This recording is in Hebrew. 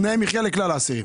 תנאי מחיה לכלל האסירים.